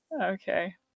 Okay